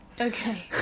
Okay